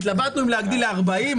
התלבטנו אם להגדיל ל-40,